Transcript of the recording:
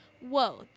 whoa